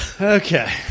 Okay